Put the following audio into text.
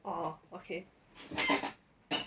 oh okay